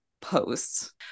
posts